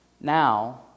Now